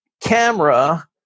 camera